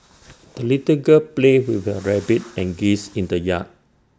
the little girl played with her rabbit and geese in the yard